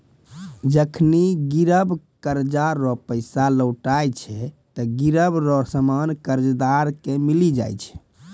जखनि गिरब कर्जा रो पैसा लौटाय छै ते गिरब रो सामान कर्जदार के मिली जाय छै